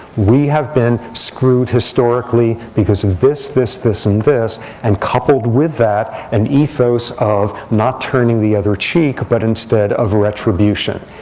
we have been screwed historically, because of this, this, and this, and coupled with that an ethos of not turning the other cheek, but instead of retribution.